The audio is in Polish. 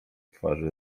twarzy